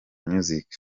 music